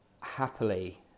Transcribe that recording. happily